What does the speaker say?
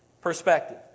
perspective